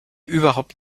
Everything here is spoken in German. überhaupt